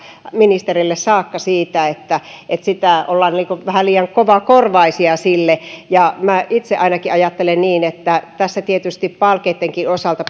ministerille saakka siitä että että ollaan vähän liian kovakorvaisia sille palautteelle minä itse ainakin ajattelen niin tässä tietysti palkeittenkin osalta